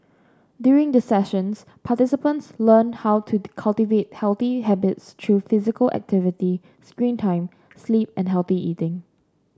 during the sessions participants learn how to cultivate healthy habits through physical activity screen time sleep and healthy eating